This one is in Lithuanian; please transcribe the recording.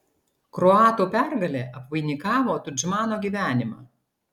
kroatų pergalė apvainikavo tudžmano gyvenimą